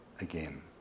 again